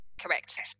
Correct